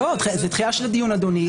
דחייה של הדיון, אדוני.